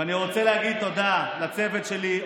אני רוצה להגיד תודה לצוות שלי,